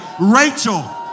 Rachel